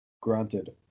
granted